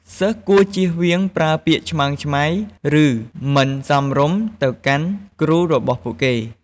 សិស្សគួរចៀសវាងប្រើពាក្យឆ្មើងឆ្មៃ ឬ មិនសមរម្យទៅកាន់គ្រូរបស់ពួកគេ។